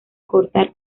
cortar